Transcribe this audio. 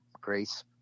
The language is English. grace